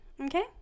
okay